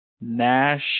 Nash